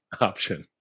option